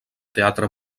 teatre